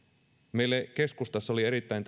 meille keskustassa oli erittäin